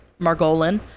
Margolin